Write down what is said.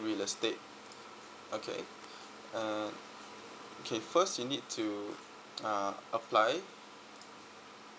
real estate okay uh okay first you need to uh apply